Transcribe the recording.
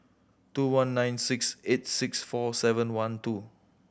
two one nine six eight six four seven one two